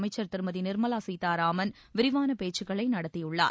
அமைச்சர் திருமதி நிர்மலா சீத்தாராமன் விரிவான பேச்சுக்களை நடத்தியுள்ளார்